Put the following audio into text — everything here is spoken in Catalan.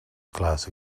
clars